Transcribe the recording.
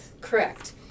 Correct